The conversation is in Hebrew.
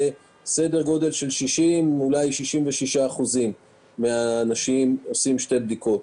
סדר גודל של 60%-66% מהאנשים עושים שתי בדיקות.